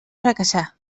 fracassar